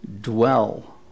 dwell